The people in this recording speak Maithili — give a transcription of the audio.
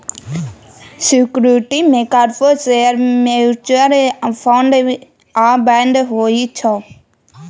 सिक्युरिटी मे कारपोरेटक शेयर, म्युचुअल फंड आ बांड होइ छै